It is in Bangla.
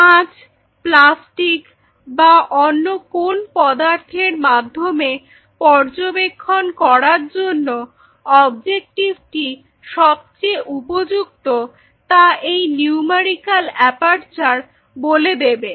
কাঁচ প্লাস্টিক বা অন্য কোন পদার্থের মাধ্যমে পর্যবেক্ষণ করার জন্য অবজেক্টিভটি সবচেয়ে উপযুক্ত তা এই নিউমেরিক্যাল অ্যাপারচার বলে দেবে